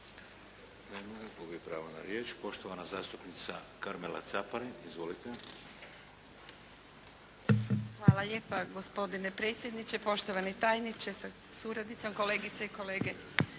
Hvala lijepa gospodine predsjedniče, poštovani tajniče sa suradnicom, kolegice i kolege